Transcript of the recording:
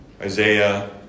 Isaiah